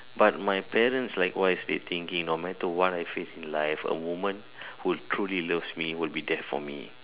but my parents likewise they thinking no matter what I face in life a woman who truly loves me would be there for me